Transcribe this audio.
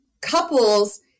couples